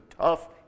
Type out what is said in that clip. tough